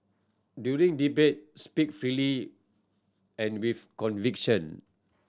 during debate speak freely and with conviction